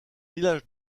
village